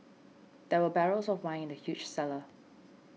there were barrels of wine in the huge cellar